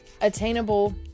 attainable